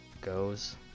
goes